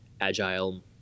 agile